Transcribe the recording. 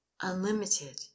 unlimited